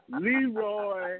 Leroy